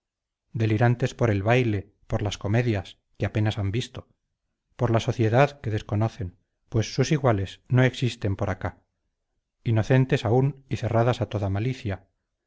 delirantes por el baile por las comedias que apenas han visto por la sociedad que desconocen pues sus iguales no existen por acá inocentes aún y cerradas a toda malicia